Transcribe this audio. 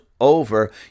over